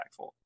impactful